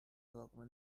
لقمه